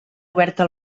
oberta